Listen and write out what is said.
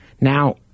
Now